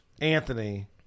Anthony